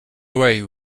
away